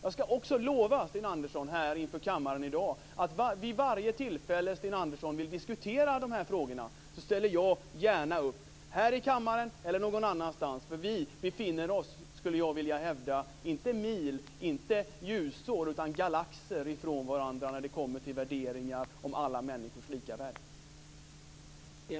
Jag lovar Sten Andersson att vid varje tillfälle som Sten Andersson vill diskutera dessa frågor ställer jag gärna upp, här i kammaren eller någon annanstans. Jag vill hävda att vi befinner oss, inte mil, inte ljusår utan galaxer ifrån varandra när det kommer till värderingar om alla människors lika värde.